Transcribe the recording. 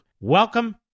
Welcome